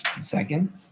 Second